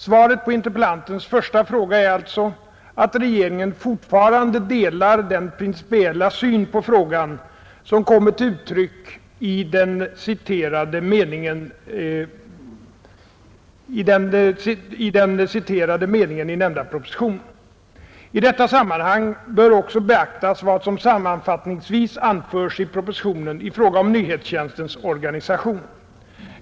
Svaret på interpellantens första fråga är alltså att regeringen fortfarande delar den principiella syn på frågan som kommer till uttryck i den citerade meningen i nämnda proposition, I detta sammanhang bör också beaktas vad som sammanfattningsvis anförs i propositionen i fråga om nyhetstjänstens organisation.